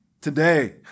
Today